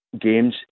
games